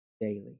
daily